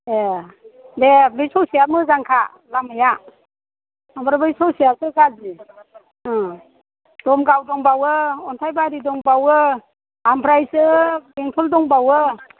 ए दे बै ससेया मोजांखा लामाया ओमफ्राय बै ससेयासो गाज्रि दमगाव दंबावो अन्थाइबारि दंबावो आमफ्रायसो बेंथल दंबावो